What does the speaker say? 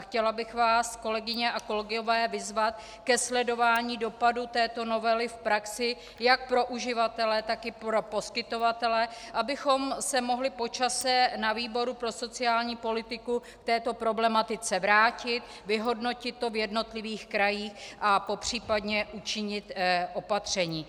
Chtěla bych vás, kolegyně a kolegové, vyzvat ke sledování dopadu této novely v praxi jak pro uživatele, tak i pro poskytovatele, abychom se mohli po čase na výboru pro sociální politiku k této problematice vrátit, vyhodnotit to v jednotlivých krajích a popřípadě učinit opatření.